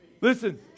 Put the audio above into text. Listen